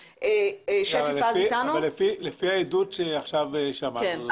לפי העדות שעכשיו שמענו,